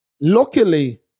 luckily